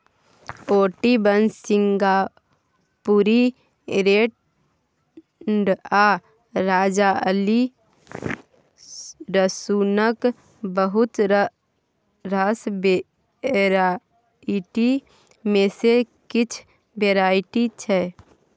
Ooty one, सिंगापुरी red आ राजाली रसुनक बहुत रास वेराइटी मे सँ किछ वेराइटी छै